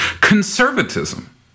Conservatism